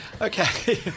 okay